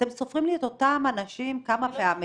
אתם סופרים את אותם אנשים כמה פעמים.